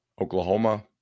Oklahoma